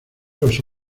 los